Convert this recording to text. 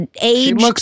age